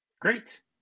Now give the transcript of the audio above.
Great